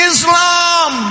Islam